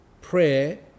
prayer